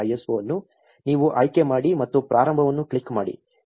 04 ISO ಅನ್ನು ನೀವು ಆಯ್ಕೆ ಮಾಡಿ ಮತ್ತು ಪ್ರಾರಂಭವನ್ನು ಕ್ಲಿಕ್ ಮಾಡಿ